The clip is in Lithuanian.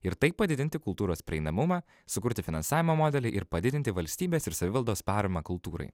ir taip padidinti kultūros prieinamumą sukurti finansavimo modelį ir padidinti valstybės ir savivaldos paramą kultūrai